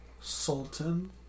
Sultan